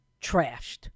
trashed